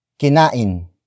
Kinain